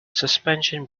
suspension